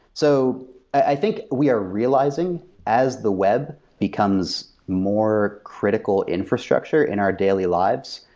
so i think we are realizing as the web becomes more critical infrastructure in our daily lives,